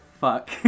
fuck